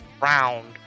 round